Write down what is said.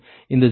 2 0